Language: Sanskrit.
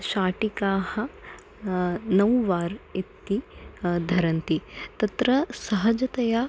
शाटिकाः नौवार् इति धरन्ति तत्र सहजतया